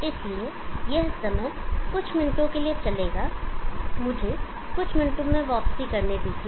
इसलिए यह कुछ समय कुछ मिनटों के लिए चलेगा मुझे कुछ मिनटों में वापसी करने दीजिए